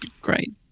great